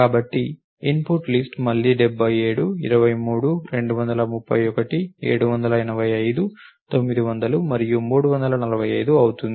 కాబట్టి input list మళ్లీ 77 23 231 785 900 మరియు 345 అవుతుంది